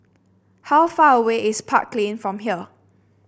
how far away is Park Lane from here